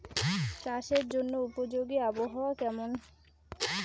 চাষের জন্য উপযোগী আবহাওয়া কেমন?